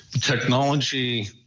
technology